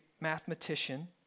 mathematician